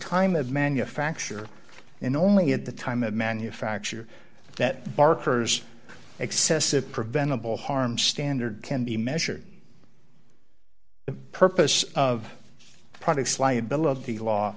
time of manufacture in only at the time of manufacture that barker's excessive preventable harm standard can be measured the purpose of the products liability law